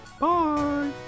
Bye